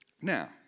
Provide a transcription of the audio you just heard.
Now